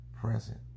present